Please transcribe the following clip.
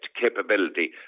capability